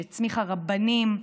שהצמיחה רבנים,